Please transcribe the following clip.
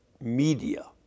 Media